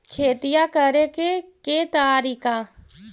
खेतिया करेके के तारिका?